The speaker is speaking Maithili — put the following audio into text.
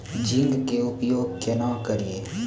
जिंक के उपयोग केना करये?